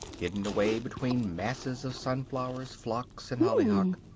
hidden away between masses of sunflowers, phlox and hollyhock,